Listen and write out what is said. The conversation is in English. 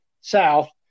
south